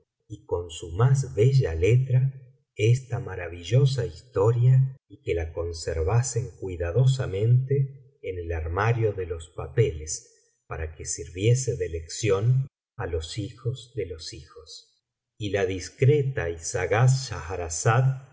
y una noche más bella letra esta maravillosa historia y que la conservasen cuidadosamente en el armario de los papeles para que sirviese de lección á los hijos de los hijos y la discreta y sagaz